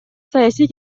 саясий